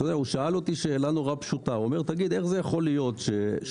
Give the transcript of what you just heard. הוא שאל אותי שאלה נורא פשוטה: איך זה יכול להיות ששבועיים